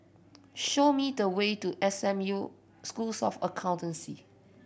show me the way to S M U Schools of Accountancy